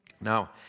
Now